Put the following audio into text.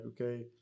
okay